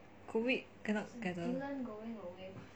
COVID cannot gather